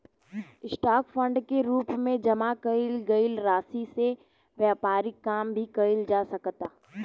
stock fund के रूप में जामा कईल गईल राशि से व्यापारिक काम भी कईल जा सकता